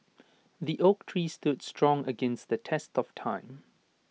the oak tree stood strong against the test of time